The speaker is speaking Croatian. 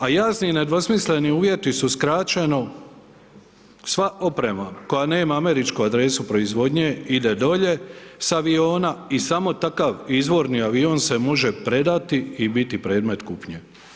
A jasni i nedvosmisleni uvjeti su skraćeno sva oprema koja nema američku adresu proizvodnje ide dolje sa aviona i samo takav izvorni avion se može predati i biti predmet kupnje.